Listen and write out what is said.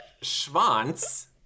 Schwanz